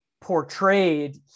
portrayed